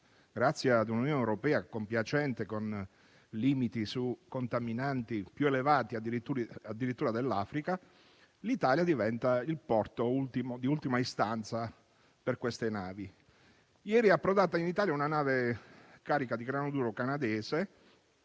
grazie a un'Unione europea compiacente con limiti su contaminanti più elevati addirittura dell'Africa, diventa il porto di ultima istanza per tali navi. Ieri è approdata in Italia una nave carica di grano duro canadese,